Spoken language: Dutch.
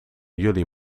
jullie